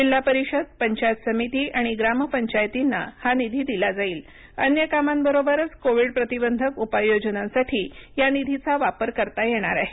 जिल्हा परिषदपंचायत समिती आणि ग्राम पंचायतींना हा निधी दिला जाईल अन्य कामांबरोबरच कोविड प्रतिबंधक उपाय योजनांसाठी या निधीचा वापर करता येणार आहे